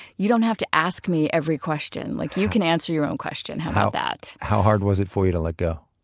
you don't have to ask me every question, like you can answer your own question. how about that? how hard was it for you to let go?